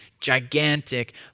gigantic